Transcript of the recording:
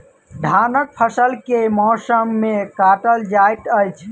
धानक फसल केँ मौसम मे काटल जाइत अछि?